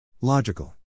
Logical